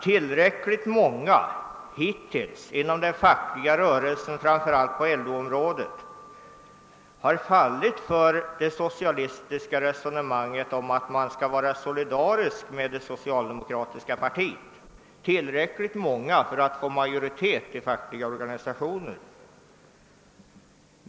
Tillräckligt många inom den fackliga rörelsen, framför allt på LO-området, har hittills fallit för det socialistiska resonemanget att man skall vara solidarisk med det socialdemokratiska partiet, tillräckligt för att få majoritet i fackliga organisationer.